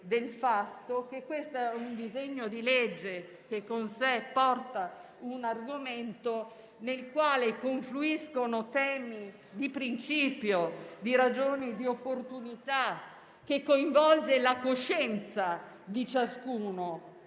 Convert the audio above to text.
del fatto che quello in esame è un disegno di legge che tratta un argomento nel quale confluiscono temi di principio e ragioni di opportunità e che coinvolge la coscienza di ciascuno,